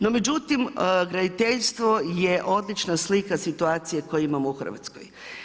No, međutim, graditeljstvo je odlična slika situacije koju imamo u Hrvatskoj.